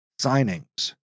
signings